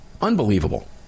Unbelievable